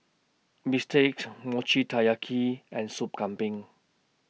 Bistakes Mochi Taiyaki and Sup Kambing